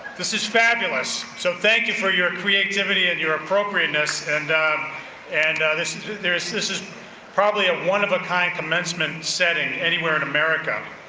this is fabulous. so thank you for your creativity and your appropriateness, and and this and this is probably a one of a kind commencement setting anywhere in america.